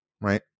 Right